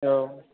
औ